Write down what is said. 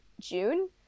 June